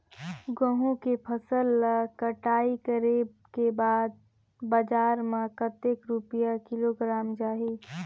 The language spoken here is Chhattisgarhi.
गंहू के फसल ला कटाई करे के बाद बजार मा कतेक रुपिया किलोग्राम जाही?